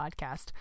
Podcast